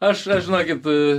aš aš žinokit a